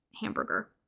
hamburger